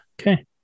Okay